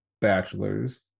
bachelor's